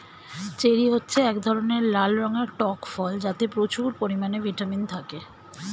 cherry হচ্ছে এক ধরনের লাল রঙের টক ফল যাতে প্রচুর পরিমাণে ভিটামিন থাকে